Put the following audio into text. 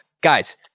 Guys